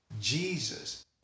Jesus